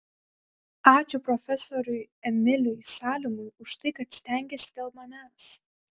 ačiū profesoriui emiliui salimui už tai kad stengėsi dėl manęs